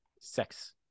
sex